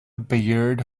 beard